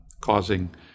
causing